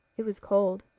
it was cold.